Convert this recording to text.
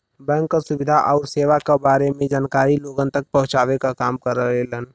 bank क सुविधा आउर सेवा क बारे में जानकारी लोगन तक पहुँचावे क काम करेलन